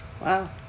Wow